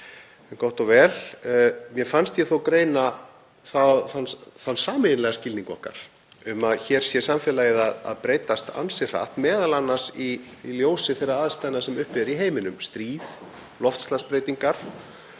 Gott og vel, mér fannst ég þó greina þann sameiginlega skilning okkar að hér sé samfélagið að breytast ansi hratt, m.a. í ljósi þeirra aðstæðna sem uppi eru í heiminum; stríð, loftslagsbreytingar,